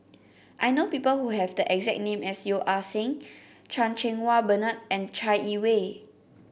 I know people who have the exact name as Yeo Ah Seng Chan Cheng Wah Bernard and Chai Yee Wei